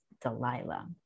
Delilah